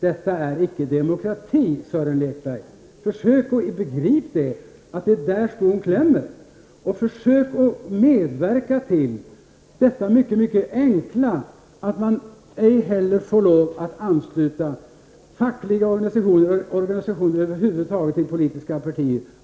Detta är inte demokrati, Sören Lekberg! Försök att begripa att det är där som skon klämmer och försök att medverka till det mycket enkla att man ej heller får lov att ansluta facklig organisation eller organisationer över huvud taget till politiska partier.